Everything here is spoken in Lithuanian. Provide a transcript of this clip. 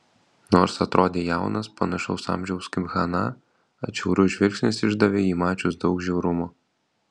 nors atrodė jaunas panašaus amžiaus kaip hana atšiaurus žvilgsnis išdavė jį mačius daug žiaurumo